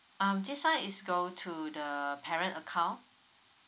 um this one is go to the parent account